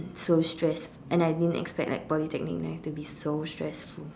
so stress and I didn't expect like Polytechnic math to be so stressful